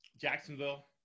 Jacksonville